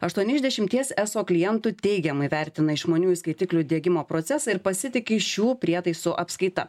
aštuoni iš dešimties eso klientų teigiamai vertina išmaniųjų skaitiklių diegimo procesą ir pasitiki šių prietaisų apskaita